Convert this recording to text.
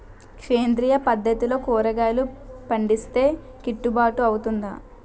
సేంద్రీయ పద్దతిలో కూరగాయలు పండిస్తే కిట్టుబాటు అవుతుందా?